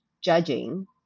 judging